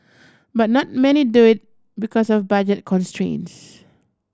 but not many do it because of budget constraints